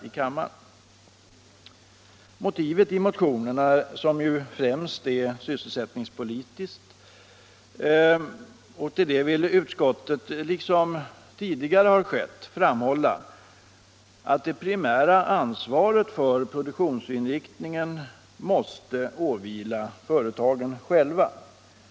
Beträffande motivet i motionen, som ju främst är sysselsättningspolitiskt, vill utskottet liksom tidigare framhålla, att det primära ansvaret för produktionsinriktningen måste åvila företagen själva.